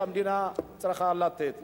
שהמדינה צריכה לתת.